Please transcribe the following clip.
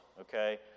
okay